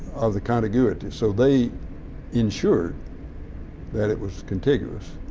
of the contiguity. so they insured that it was contiguous.